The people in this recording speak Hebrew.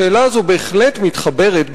השאלה הזאת בהחלט מתחברת,